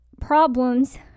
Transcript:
problems